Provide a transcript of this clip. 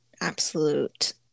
absolute